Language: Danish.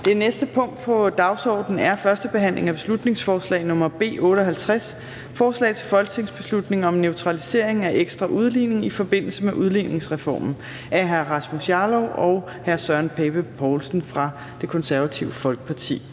Det næste punkt på dagsordenen er: 46) 1. behandling af beslutningsforslag nr. B 58: Forslag til folketingsbeslutning om neutralisering af ekstra udligning i forbindelse med udligningsreformen. Af Rasmus Jarlov (KF) og Søren Pape Poulsen (KF). (Fremsættelse